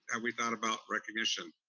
and we thought about recognition?